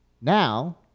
now